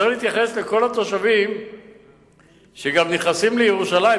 צריך להתייחס לכל התושבים שגם נכנסים לירושלים,